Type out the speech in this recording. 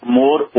more